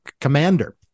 commander